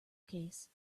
case